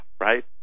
right